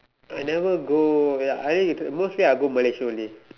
I never go ya mostly I go Malaysia only